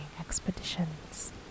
expeditions